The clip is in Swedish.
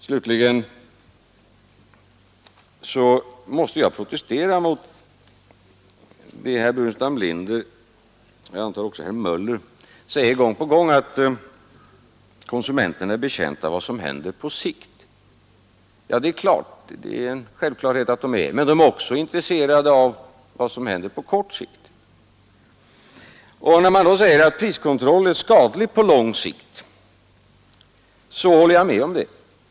Jag måste protestera när herr Burenstam Linder — och jag antar också herr Möller — säger gång på gång att konsumenterna är betjänta av vad som händer på längre sikt. Det är en självklarhet att de är det, men de är också intresserade av vad som händer på kort sikt. När man då säger att priskontroll är skadlig på lång sikt så håller jag med om det.